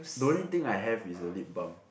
don't think I have is a lip balm